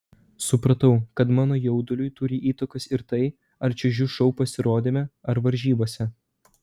supratau kad mano jauduliui turi įtakos ir tai ar čiuožiu šou pasirodyme ar varžybose